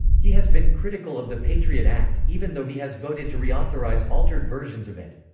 he has been critical of the patriot act, even though he has voted to reauthorize altered versions of it.